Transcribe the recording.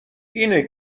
اینه